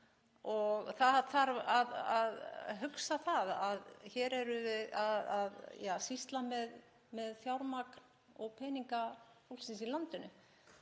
og það þarf að hugsa um það að hér erum við að sýsla með fjármagn og peninga fólksins í landinu.